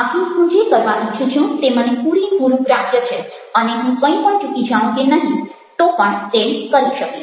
આથી હું જે કરવા ઈચ્છું છું તે મને પૂરેપૂરું ગ્રાહ્ય છે અને હું કંઈ પણ ચૂકી જાઉં કે નહિ તો પણ તેમ કરી શકીશ